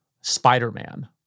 Spider-Man